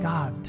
God